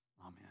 amen